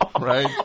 Right